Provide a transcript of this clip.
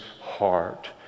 heart